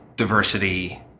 diversity